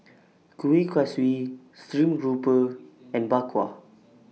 Kueh Kaswi Stream Grouper and Bak Kwa